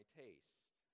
taste